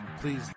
Please